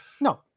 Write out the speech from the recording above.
No